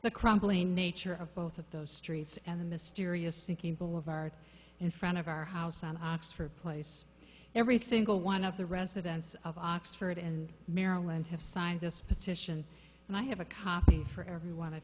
the crumbling nature of both of those streets and the mysterious sinking boulevard in front of our house and place every single one of the residents of oxford and maryland have signed this petition and i have a copy for everyone